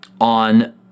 on